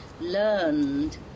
learned